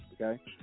okay